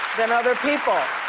than other people.